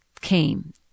came